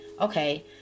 okay